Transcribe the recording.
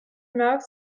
mars